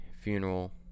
funeral